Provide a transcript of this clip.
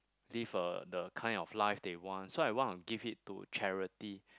live uh the kind of life they want so I want to give it to charity